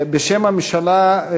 בשם הממשלה,